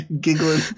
giggling